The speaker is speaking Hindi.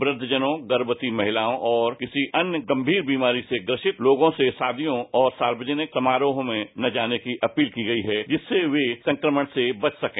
वृद्धजनों गर्मवती महिलाओं और किसी अन्य गर्मीर बीमारी से ग्रसित लोगों से शादियों और सार्वजनिक समारोहों में न जाने की अपील की गई है जिससे वे संक्रमण से बच सकें